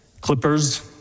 clippers